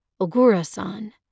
Ogura-san